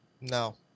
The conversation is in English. No